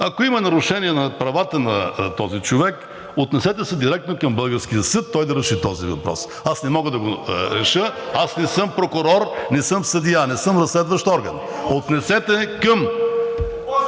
Ако има нарушения на правата на този човек, отнесете се директно към българския съд, той да реши този въпрос. Аз не мога да го реша. Аз не съм прокурор, не съм съдия, не съм разследващ орган. Отнесете към